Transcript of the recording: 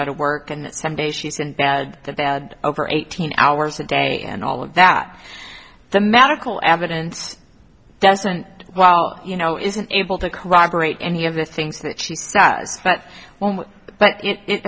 go to work and some day she's in bed that bad over eighteen hours a day and all of that the medical evidence doesn't well you know isn't able to corroborate any of the things that she says but